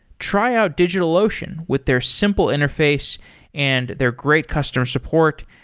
try out digitalocean with their simple interface and their great customer support,